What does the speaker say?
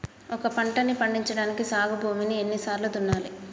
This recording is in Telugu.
ఒక పంటని పండించడానికి సాగు భూమిని ఎన్ని సార్లు దున్నాలి?